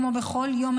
כמו בכל יום,